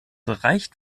reicht